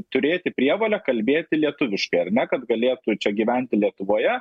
turėti prievolę kalbėti lietuviškai ar ne kad galėtų čia gyventi lietuvoje